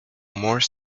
more